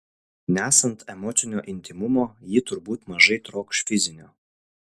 nesant emocinio intymumo ji turbūt mažai trokš fizinio